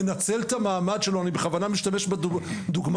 מנצל את המעמד שלו אני בכוונה משתמש בדוגמה